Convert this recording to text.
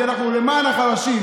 כי אנחנו למען החלשים,